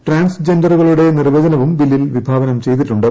trans ജെൻഡറുകളുടെ നിർവ്വചനവും ബില്ലിൽ വിഭാവനം ചെയ്തിട്ടുണ്ട്